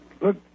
look